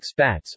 expats